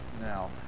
now